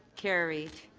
carried.